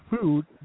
food